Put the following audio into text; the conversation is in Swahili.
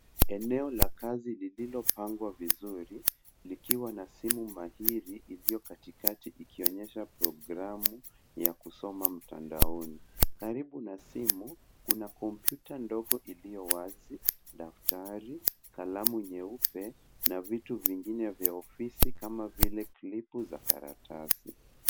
Eneo la kazi lililopangwa vizuri likiwa na simu mahiri iliyo katikati ikionyesha programu ya kusoma mtandaoni. Karibu na simu kuna kompyuta ndogo iliyowazi, daftari, kalamu nyeupe na vitu vingine vya ofisi kama vile klipu za karatasi.